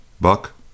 Buck